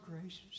gracious